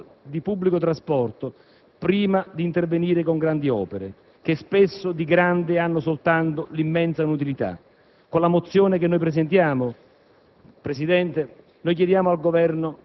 con forza un potenziamento delle infrastrutture di pubblico trasporto, prima di intervenire con grandi opere che spesso di grande hanno soltanto l'immensa inutilità. Con la mozione che presentiamo,